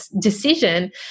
decision